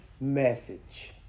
message